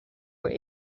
were